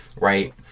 Right